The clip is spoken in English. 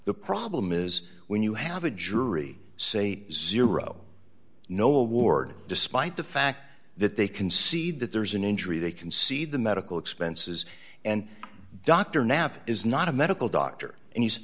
the problem is when you have a jury say zero no award despite the fact that they concede that there's an injury they can see the medical expenses and dr knapp is not a medical doctor and he's